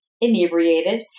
inebriated